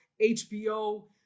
HBO